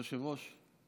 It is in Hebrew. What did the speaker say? היושב-ראש,